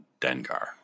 Dengar